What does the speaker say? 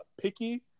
picky